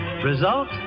Result